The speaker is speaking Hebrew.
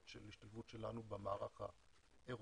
של השתלבות שלנו במערך האירופי.